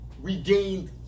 regained